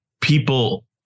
people